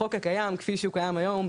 החוק הקיים כפי שהוא קיים היום,